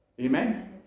Amen